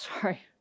Sorry